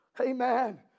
Amen